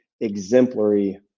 exemplary